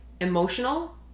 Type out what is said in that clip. emotional